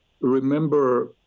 remember